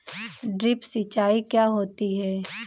Drip सिंचाई क्या होती हैं?